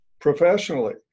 professionally